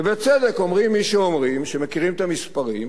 ובצדק אומרים מי שאומרים, שמכירים את המספרים: